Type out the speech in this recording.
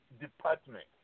department